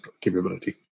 capability